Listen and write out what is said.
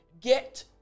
get